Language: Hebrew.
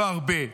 לא הרבה,